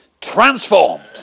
transformed